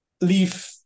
leave